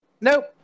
Nope